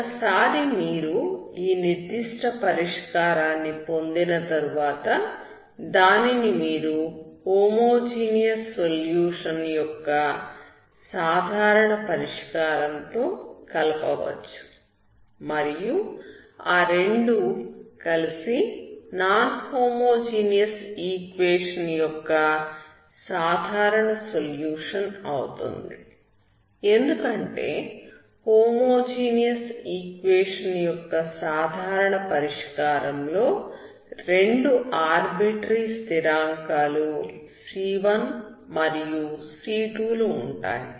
ఒకసారి మీరు ఈ నిర్దిష్ట పరిష్కారాన్ని పొందిన తరువాత దానిని మీరు హోమోజీనియస్ సొల్యూషన్ యొక్క సాధారణ పరిష్కారంతో కలపవచ్చు మరియు ఆ రెండూ కలిసి నాన్ హోమోజీనియస్ ఈక్వేషన్ యొక్క సాధారణ సొల్యూషన్ అవుతుంది ఎందుకంటే హోమోజీనియస్ ఈక్వేషన్ యొక్క సాధారణ పరిష్కారంలో రెండు ఆర్బిట్రేరిఏకపక్ష స్థిరాం కాలు c1 మరియు c2 లు ఉంటాయి